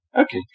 okay